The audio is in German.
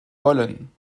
wollen